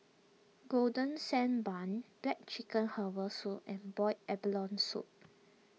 Golden Sand Bun Black Chicken Herbal Soup and Boiled Abalone Soup